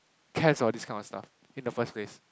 cares about this kind of stuff in the first place